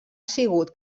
sigut